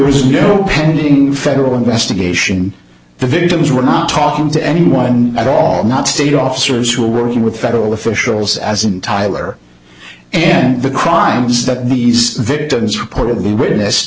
is no pending federal investigation and the victims we're not talking to anyone at all not state officers who are working with federal officials as in tyler and the crimes that these victims report of the witness